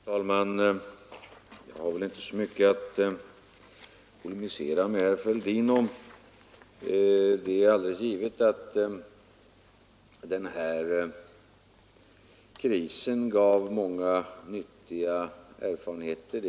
Fru talman! Jag har inte så mycket att polemisera med herr Fälldin om. Det är alldeles givet att den här krisen gav många nyttiga erfarenheter.